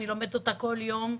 אני לומדת אותה בכל יום,